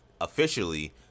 officially